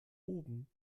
oben